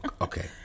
Okay